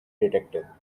detective